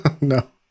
No